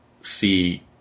see